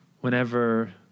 whenever